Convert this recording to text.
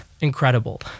incredible